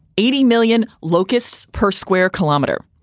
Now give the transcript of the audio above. eighty million locusts per square kilometer.